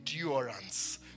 endurance